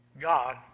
God